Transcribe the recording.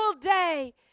day